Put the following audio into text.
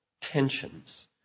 tensions